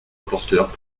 rapporteur